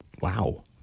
Wow